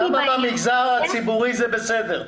למה במגזר הציבורי זה בסדר?